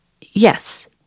Yes